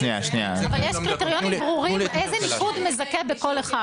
אבל יש קריטריונים ברורים איזה ניקוד מזכה בכל אחד.